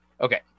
Okay